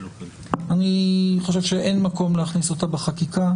אני חושב שאין מקום להכניס אותה בחקיקה.